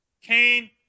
Cain